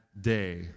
day